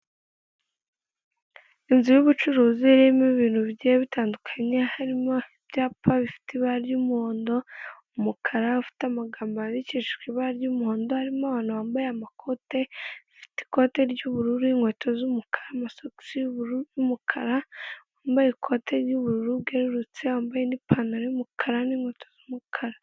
Inzu y'ubucuruzi irimo ibintu bigiye bitandukanye, harimo ibyapa bifite ibara by'umuhondo, umukara, ufite amagambo yandikishijwe ibara ry'umuhondo, harimo abantu bambaye amakote, ufite ikote ry'ubururu n'inkweto z'umukara, amasogisi y'ubururu n'umukara, wambaye ikote ry'ubururu bwerurutse, wambaye n'ipantaro y'umukara n'inkweto z'umukara.